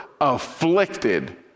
afflicted